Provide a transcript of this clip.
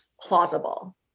plausible